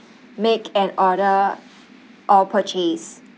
make an order or purchase